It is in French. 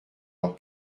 leur